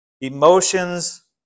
Emotions